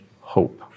hope